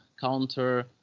counter